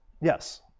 Yes